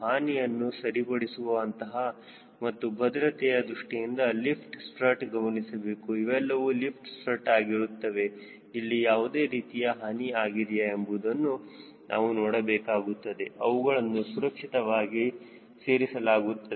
ಹಾನಿಯನ್ನು ಸರಿಪಡಿಸುವ ಅಂತಹ ಮತ್ತು ಭದ್ರತೆಯ ದೃಷ್ಟಿಯಿಂದ ಲಿಫ್ಟ್ ಸ್ಟ್ರಟ್ ಗಮನಿಸಬೇಕು ಇವೆಲ್ಲವೂ ಲಿಫ್ಟ್ ಸ್ಟ್ರಟ್ ಆಗಿರುತ್ತವೆ ಇಲ್ಲಿ ಯಾವುದೇ ರೀತಿಯ ಹಾನಿ ಆಗಿದೆಯಾ ಎಂಬುದನ್ನು ನಾವು ನೋಡಬೇಕಾಗುತ್ತದೆ ಅವುಗಳನ್ನು ಸುರಕ್ಷಿತವಾಗಿ ಸೇರಿಸಲಾಗಿರುತ್ತದೆ